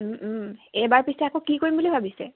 এইবাৰ পিছে আকৌ কি কৰিম বুলি ভাবিছে